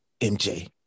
MJ